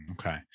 Okay